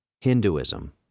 Hinduism